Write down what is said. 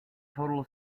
total